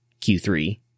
Q3